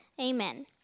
amen